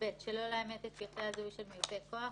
(ב)שלא לאמת את פרטי הזיהוי של מיופה כוח,